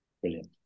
Brilliant